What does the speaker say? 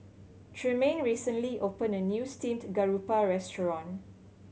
Tremaine recently opened a new steamed garoupa restaurant